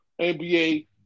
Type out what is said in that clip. NBA